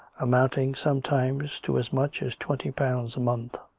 amounting sometimes to as much as twenty pounds a month